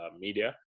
media